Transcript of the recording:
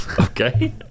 okay